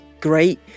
great